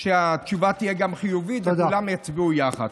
שהתשובה תהיה חיובית וכולם יצביעו יחד.